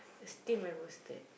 steamed and roasted